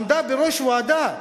היא עמדה בראש ועדה,